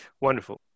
wonderful